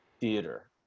theater